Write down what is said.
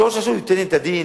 שראש רשות ייתן את הדין,